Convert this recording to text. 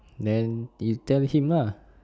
then you tell him lah